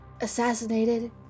assassinated